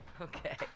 okay